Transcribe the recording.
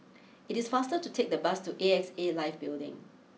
it is faster to take the bus to A X A Life Building